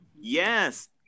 yes